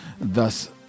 thus